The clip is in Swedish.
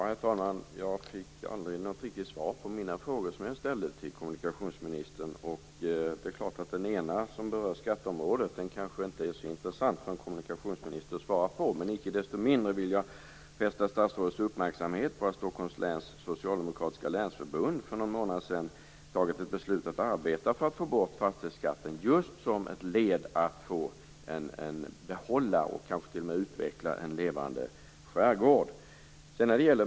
Herr talman! Jag fick aldrig något riktigt svar på mina frågor till kommunikationsministern. Den ena, som berör skatteområdet, kanske inte är så intressant för en kommunikationsminister att svara på. Icke desto mindre vill jag fästa statsrådets uppmärksamhet på att Stockholms läns socialdemokratiska länsförbund för någon månad sedan fattat ett beslut för att arbeta för att få bort fastighetsskatten just som ett led i att få behålla och kanske t.o.m. utveckla en levande skärgård.